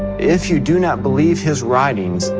if you do not believe his writings,